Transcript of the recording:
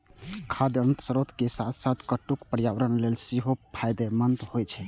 खाद्यान्नक स्रोत के साथ साथ कट्टू पर्यावरण लेल सेहो फायदेमंद होइ छै